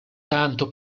tanto